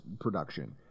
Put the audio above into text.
production